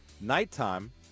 nighttime